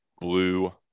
blue